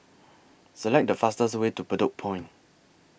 Select The fastest Way to Bedok Point